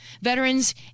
veterans